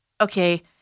okay